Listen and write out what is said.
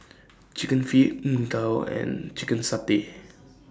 Chicken Feet Png Tao and Chicken Satay